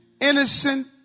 innocent